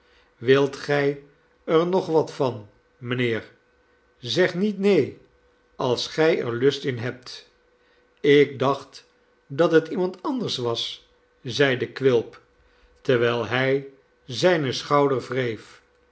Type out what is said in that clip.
wilt gij er nog wat van mijnheer zeg niet neen als gij er lust in hebt ik dacht dat het iemand anders was zeide quilp terwijl hij zijne schouders wreef